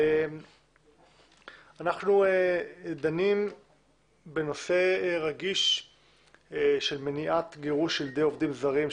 אנחנו דנים בנושא רגיש של מניעת גירוש ילדי עובדים זרים,